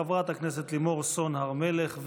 חברת הכנסת לימור סון הר מלך,